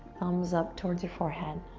thumbs up, towards your forehead.